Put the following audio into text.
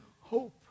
hope